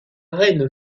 reine